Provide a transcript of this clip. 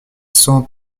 cent